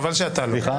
חבל שאתה לא.